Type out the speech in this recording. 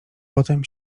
potem